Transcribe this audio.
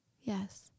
Yes